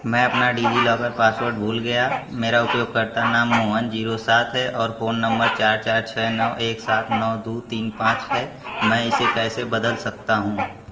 मैं अपना DigiLocker password भूल गया मेरा उपयोगकर्ता नाम मोहन जीरो सात है और फ़ोन नम्बर चार चार छः नौ एक सात नौ दू तीन पाँच है मैं इसे कैसे बदल सकता हूँ